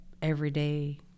everyday